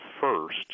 first